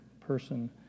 person